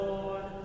Lord